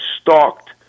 stalked